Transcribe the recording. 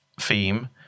theme